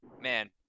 man